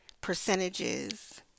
percentages